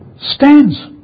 stands